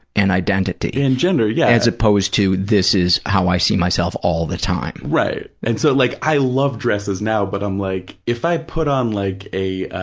and identity mike and gender, yeah. as opposed to this is how i see myself all the time. right. and so, like i love dresses now, but i'm like, if i put on like a